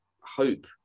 hope